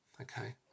Okay